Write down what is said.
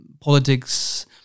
politics